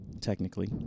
technically